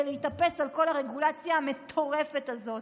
להתאפס על כל הרגולציה המטורפת הזאת,